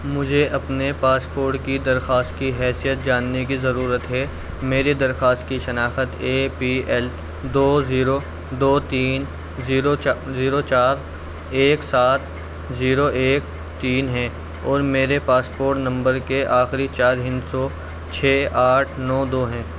مجھے اپنے پاسپورٹ کی درخواست کی حیثیت جاننے کی ضرورت ہے میری درخواست کی شناخت اے پی ایل دو زیرو دو تین زیرو زیرو چار ایک سات زیرو ایک تین ہے اور میرے پاسپورٹ نمبر کے آخری چار ہندسوں چھ آٹھ نو دو ہیں